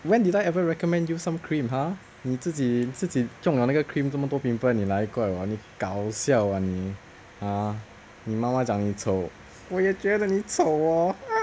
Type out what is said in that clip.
when did I ever recommend you some cream !huh! 你自己自己中了那个 cream 这么多 pimple 你拿来怪我 ah 你搞笑 ah 你 ah 你妈妈讲你丑我也觉得你丑 orh